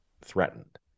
threatened